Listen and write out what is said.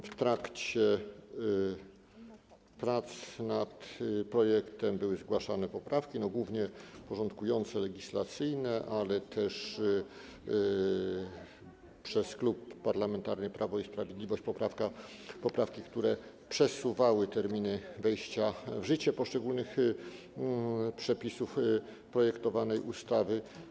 W trakcie prac nad projektem były zgłaszane poprawki, głównie porządkujące, legislacyjne, ale też - przez Klub Parlamentarny Prawo i Sprawiedliwość - poprawki, które przesuwały terminy wejścia w życie poszczególnych przepisów projektowanej ustawy.